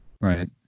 right